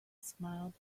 smiled